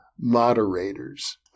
moderators